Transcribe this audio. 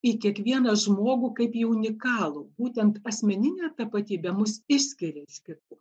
į kiekvieną žmogų kaip į unikalų būtent asmeninė tapatybė mus išskiria iš kitų